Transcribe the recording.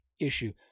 issue